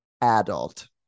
adult